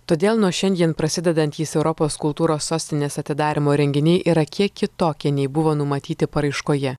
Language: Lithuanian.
todėl nuo šiandien prasidedantys europos kultūros sostinės atidarymo renginiai yra kiek kitokie nei buvo numatyti paraiškoje